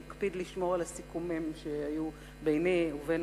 והקפיד לשמור על הסיכומים שהיו ביני ובין